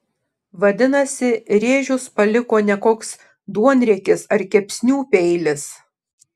vadinasi rėžius paliko ne koks duonriekis ar kepsnių peilis